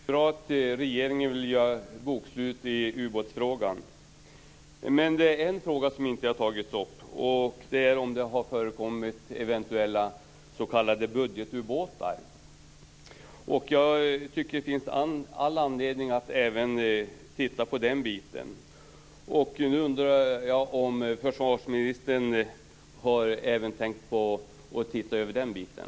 Herr talman! Det är bra att regeringen vill göra bokslut i ubåtsfrågan. Men det är en fråga som inte har tagits upp, och det är om det har förekommit eventuella s.k. budgetubåtar. Jag tycker att det finns all anledning att även titta på den biten. Nu undrar jag om försvarsministern har tänkt titta över även den biten.